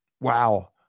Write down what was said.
wow